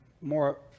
more